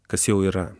kas jau yra